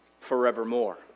forevermore